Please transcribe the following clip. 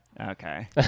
Okay